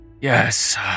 Yes